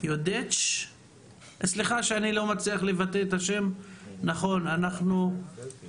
יודיץ מהמשרד לביטחון פנים.